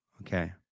Okay